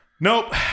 nope